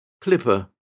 Clipper